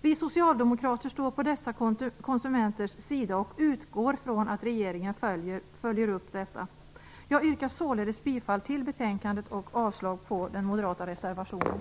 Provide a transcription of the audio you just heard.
Vi socialdemokrater står på dessa konsumenters sida och utgår från att regeringen följer upp detta. Jag yrkar således bifall till utskottets hemställan och avslag på den moderata reservationen.